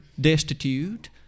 destitute